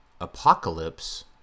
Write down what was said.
Apocalypse